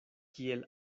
kiel